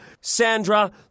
Sandra